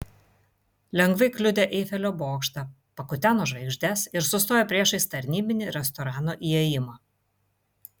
lengvai kliudė eifelio bokštą pakuteno žvaigždes ir sustojo priešais tarnybinį restorano įėjimą